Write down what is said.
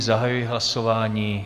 Zahajuji hlasování.